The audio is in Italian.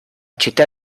città